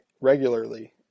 regularly